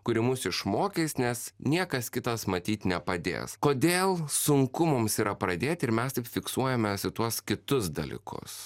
kuri mus išmokys nes niekas kitas matyt nepadės kodėl sunku mums yra pradėti ir mes taip fiksuojamės į tuos kitus dalykus